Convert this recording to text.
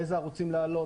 אילו ערוצים להעלות,